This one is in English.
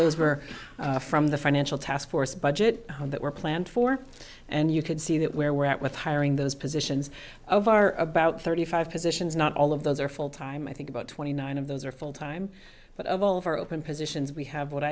those were from the financial taskforce budget that were planned for and you could see that where we're at with hiring those positions of are about thirty five positions not all of those are full time i think about twenty nine of those are full time but of all of our open positions we have what